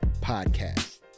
podcast